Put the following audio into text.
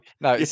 No